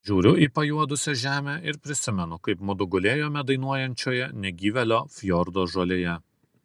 žiūriu į pajuodusią žemę ir prisimenu kaip mudu gulėjome dainuojančioje negyvėlio fjordo žolėje